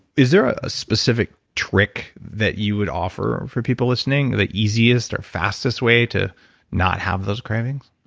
is there a specific trick that you would offer for people listening? the easiest or fastest way to not have those cravings?